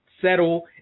settle